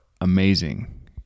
amazing